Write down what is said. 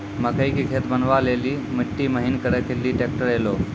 मकई के खेत बनवा ले ली मिट्टी महीन करे ले ली ट्रैक्टर ऐलो?